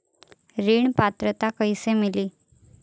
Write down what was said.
ऋण पात्रता कइसे मिली?